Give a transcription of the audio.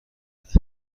داره